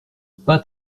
pas